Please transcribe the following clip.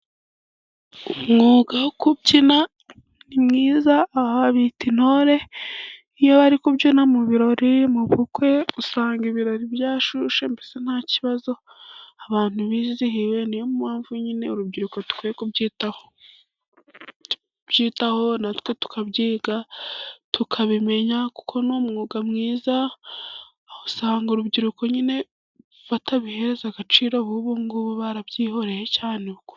Umwuga wo kubyina ni mwiza aba babyita intore. Iyo bari kubyina mu birori mu bukwe usanga ibirori byashushe mbese nta kibazo abantu bizihiwe, niyo mpamvu nyine byaribikwiye kubyitaho natwe tukabyiga tukabimenya. Kuko n'umwuga mwiza usanga urubyiruko nyine batabihereza agaciro ubu ngubu barabyihoreye cyane.